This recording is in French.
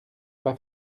pas